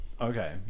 Okay